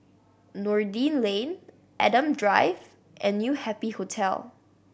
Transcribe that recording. Noordin Lane Adam Drive and New Happy Hotel